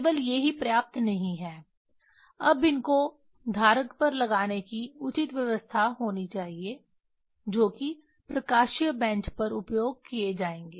केवल ये ही पर्याप्त नहीं हैं अब इनको धारक पर लगाने की उचित व्यवस्था होनी चाहिए जो कि प्रकाशीय बेंच पर उपयोग किए जाएंगे